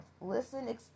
Listen